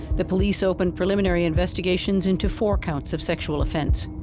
the police opened preliminary investigations into four counts of sexual offense.